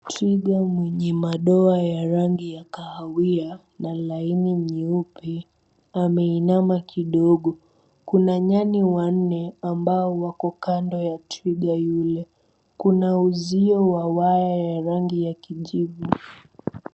Twiga mwenye madoa ya rangi ya kahawia na laini nyeupe ameinama kidogo. Kuna nyani wanne ambao wako kando ya twiga yule. Kuna uzio wa waya ya rangi ya kijivu.